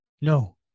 No